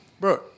Bro